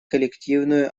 коллективную